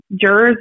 jurors